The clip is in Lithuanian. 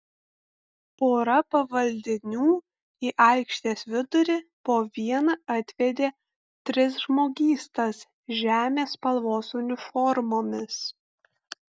pora pavaldinių į aikštės vidurį po vieną atvedė tris žmogystas žemės spalvos uniformomis